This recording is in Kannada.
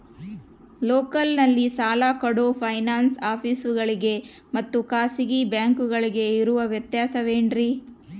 ಲೋಕಲ್ನಲ್ಲಿ ಸಾಲ ಕೊಡೋ ಫೈನಾನ್ಸ್ ಆಫೇಸುಗಳಿಗೆ ಮತ್ತಾ ಖಾಸಗಿ ಬ್ಯಾಂಕುಗಳಿಗೆ ಇರೋ ವ್ಯತ್ಯಾಸವೇನ್ರಿ?